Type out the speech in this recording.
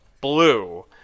blue